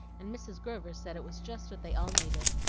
and mrs. grover said it was just what they all needed.